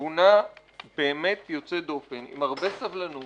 בתבונה באמת יוצאת דופן, עם הרבה סבלנות